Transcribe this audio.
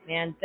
Man